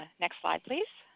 next slide please.